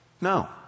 No